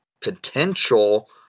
potential